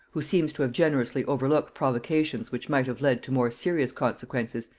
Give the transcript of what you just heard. who seems to have generously overlooked provocations which might have led to more serious consequences,